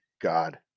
God